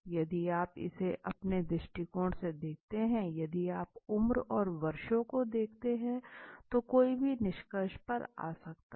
यदि आप इसे अपने दृष्टिकोण से देखते हैं यदि आप उम्र और वर्षों को देखते हैं तो कोई भी निष्कर्ष पर आ सकता है